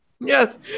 yes